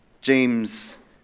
James